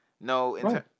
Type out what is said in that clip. no